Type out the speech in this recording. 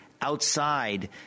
outside